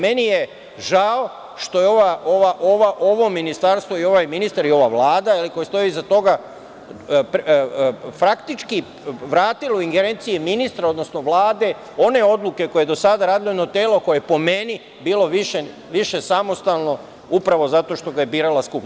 Meni je žao što je ovo ministarstvo, ovaj ministar i ova Vlada koja stoji iza toga faktički vratila u ingerencije ministra, odnosno Vlade one odluke koje je do sada radilo jedno telo, koje po meni bilo više samostalno upravo zato što ga je birala Skupština.